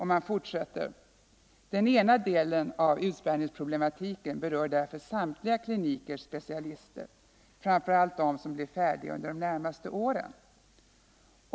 Den ena delen av utspärrningsproblematiken berör därför samtliga klinikers specialister, framför allt dem som blir färdiga under de närmaste åren.